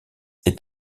est